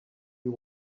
you